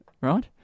right